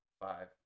five